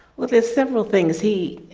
well, there's several things he.